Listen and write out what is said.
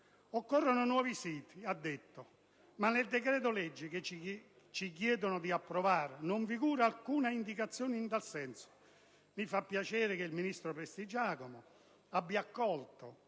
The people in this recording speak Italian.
«Occorrono nuovi siti», ha detto, ma nel decreto-legge che ci chiedono di approvare non figura alcuna indicazione in tal senso. Mi fa piacere che il ministro Prestigiacomo abbia accolto